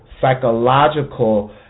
psychological